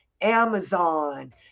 Amazon